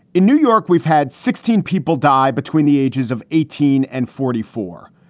in new york, we've had sixteen people die between the ages of eighteen and forty four,